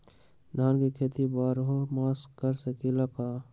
धान के खेती बारहों मास कर सकीले का?